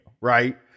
right